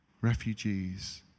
refugees